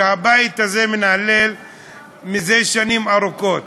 שהבית הזה מנהל זה שנים ארוכות.